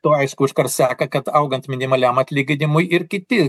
to aišku iškart seka kad augant minimaliam atlyginimui ir kiti